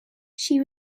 she